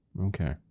Okay